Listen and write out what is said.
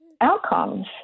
outcomes